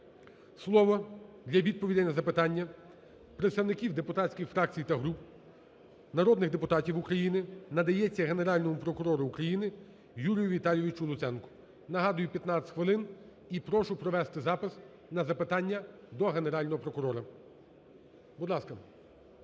Слово для відповідей на запитання представників депутатських фракцій та груп, народних депутатів України надається Генеральному прокурору України Юрію Віталійовичу Луценку. Нагадую, 15 хвилин і прошу провести запис на запитання до Генерального прокурора, будь ласка.